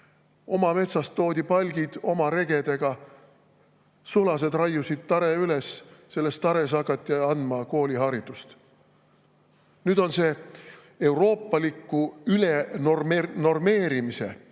oma metsast palgid, oma regedega. Sulased raiusid tare üles ja selles tares hakati andma kooliharidust. Nüüd on euroopaliku ülenormeerimise,